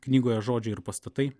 knygoje žodžiai ir pastatai